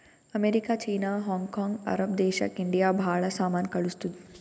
America, China, Hong Kong, Arab ದೇಶಕ್ India ಭಾಳ ಸಾಮಾನ್ ಕಳ್ಸುತ್ತುದ್